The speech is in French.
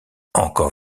encore